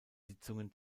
sitzungen